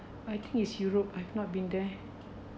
I think it's europe I've not been there